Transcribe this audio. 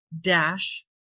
dash